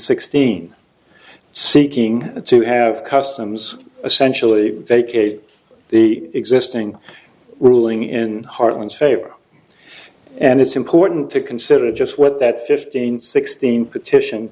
sixteen seeking to have customs essentially vacate the existing ruling in hartmann's favor and it's important to consider just what that fifteen sixteen petiti